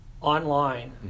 online